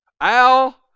Al